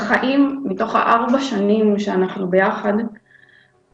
בארבע השנים שאנחנו ביחד מעולם